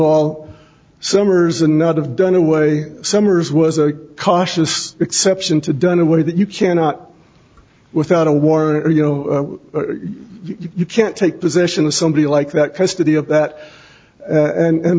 all summers and not have done away summers was a cautious exception to done in way that you cannot without a warrant or you know you can't take position to somebody like that custody of that and